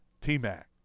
T-Mac